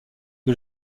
que